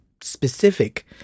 specific